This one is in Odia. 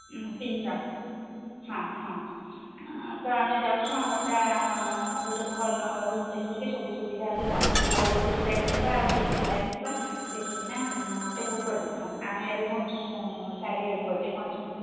ତିନିଜଣ ହଁ ହଁ ତ ଆମେ ଯାଉଛୁଁ ଆମରଟା ଗୋଟେ ଭଲ ରୁମ୍ ଦେଖିକିକି ସବୁ ସୁବିଧା ଥିବା ଆଉ ଏ ସି ବି ଲାଗିଥିବା ଆଉ ଟି ଭି ବି ଲାଗିଥିବା ଦେଖିକିନା ଗୋଟେ ବୁକ୍ କରିଦେଇଥାନ୍ ଆମେ ଏବେ ପହଞ୍ଚୁଛୁ ସାଢ଼େ ଏକ ବଜେ ପହଞ୍ଚୁଛୁ